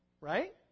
Right